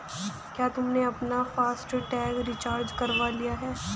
क्या तुमने अपना फास्ट टैग रिचार्ज करवा लिया है?